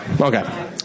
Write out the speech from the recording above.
Okay